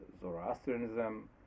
Zoroastrianism